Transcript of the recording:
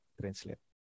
translate